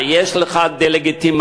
יש לך "דה-לגיטימציה",